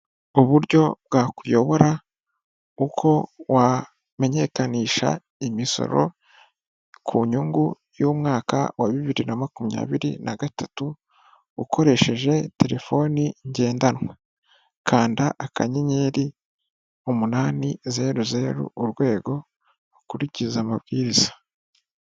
Uburyo bwakuyobora uko wamenyekanisha imisoro ku nyungu y'umwaka wa bibiri na makumyabiri nagatatu ukoresheje telefoni ngendanwa kanda akanyenyeri umunani zeruzeru urwego ugakurikiza amabwiriza.